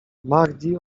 mahdi